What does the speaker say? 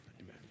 Amen